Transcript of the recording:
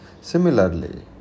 Similarly